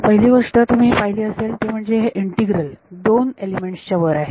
पहिली गोष्ट तुम्ही ही पाहिली असेल ती म्हणजे हे इंटीग्रल दोन एलिमेंट्स च्या वर आहे